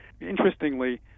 Interestingly